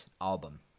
album